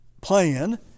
plan